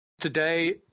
Today